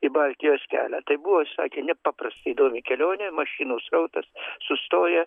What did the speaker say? į baltijos kelią tai buvo sakė nepaprastai įdomi kelionė mašinų srautas sustoja